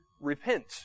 repent